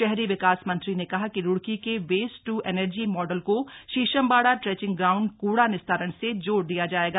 शहरी विकास मंत्री ने कहा कि रूड़की के वेस्ट टू एनर्जी मॉडल को शीशमबाड़ा ट्रैंचिंग ग्राउंड कूड़ा निस्तारण से जोड़ दिया जायेगा